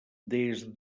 des